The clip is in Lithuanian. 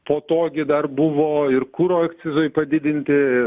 po to gi dar buvo ir kuro akcizai padidinti